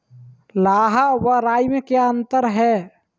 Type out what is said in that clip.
लाह व राई में क्या अंतर है?